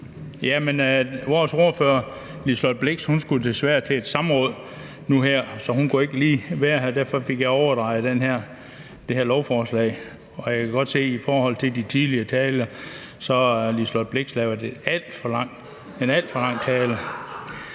Vores ordfører, fru Liselott Blixt, skulle desværre nu her til et samråd, så hun kunne ikke lige være her, og derfor fik jeg overdraget det her lovforslag. Og jeg kan godt se i forhold til de tidligere talere, at fru Liselott Blixt har lavet en alt for lang tale.